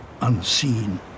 unseen